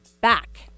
back